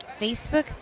Facebook